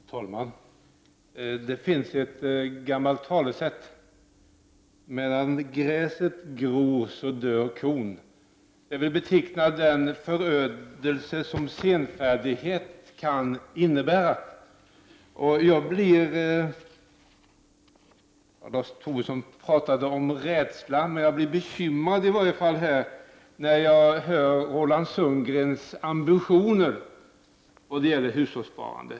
Herr talman! Det finns ett gammalt talesätt som lyder ”Medan gräset gror dör kon”. Det betecknar den förödelse som senfärdighet kan innebära. Lars Tobisson pratade om rädsla, men jag blir i varje fall bekymrad när jag hör Roland Sundgrens ambitioner då det gäller hushållssparande.